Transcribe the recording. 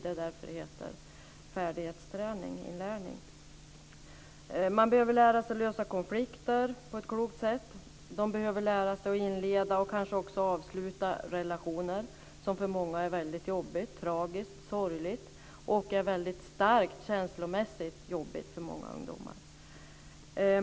Det är därför det heter färdighetsträning eller färdighetsinlärning. Man behöver lära sig att lösa konflikter på ett klokt sätt. De behöver lära sig att inleda och kanske också avsluta relationer, som för många är väldigt jobbigt, tragiskt och sorgligt. Det är känslomässigt väldigt jobbigt för många ungdomar.